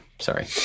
sorry